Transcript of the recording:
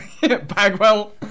Bagwell